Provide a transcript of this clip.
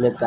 लेता